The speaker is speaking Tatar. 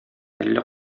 әллә